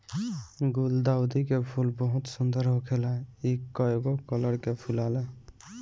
गुलदाउदी के फूल बहुत सुंदर होखेला इ कइगो रंग में फुलाला